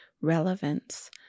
relevance